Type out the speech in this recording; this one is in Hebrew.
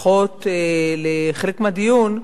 לפחות לחלק מהדיון,